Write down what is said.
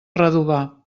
redovà